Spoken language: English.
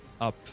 up